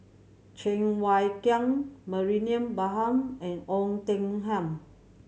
Cheng Wai Keung Mariam Baharom and Oei Tiong Ham